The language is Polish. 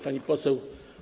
Pani Poseł!